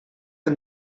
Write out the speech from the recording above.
and